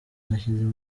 nashyizemo